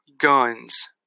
guns